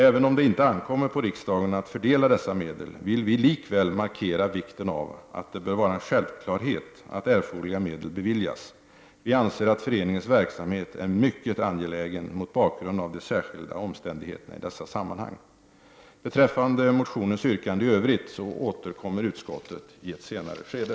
Även om det inte ankommer på riksdagen att fördela dessa medel, vill vi likväl markera vikten av att det bör vara en självklarhet att erforderliga medel beviljas. Vi anser att föreningens verksamhet är mycket angelägen mot bakgrund av de särskilda omständigheterna i dessa sammanhang. Beträffande motionens yrkande i övrigt återkommer utskottet i ett senare skede.